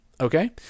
Okay